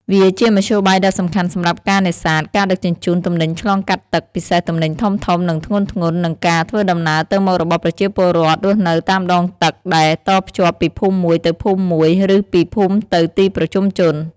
វាជាមធ្យោបាយដ៏សំខាន់សម្រាប់ការ នេសាទ ការ ដឹកជញ្ជូនទំនិញឆ្លងកាត់ទឹក ពិសេសទំនិញធំៗ និងធ្ងន់ៗ និងការ ធ្វើដំណើរទៅមករបស់ប្រជាពលរដ្ឋរស់នៅតាមដងទឹក ដែលតភ្ជាប់ពីភូមិមួយទៅភូមិមួយ ឬពីភូមិទៅទីប្រជុំជន ។